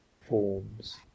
forms